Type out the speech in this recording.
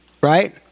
right